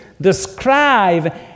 describe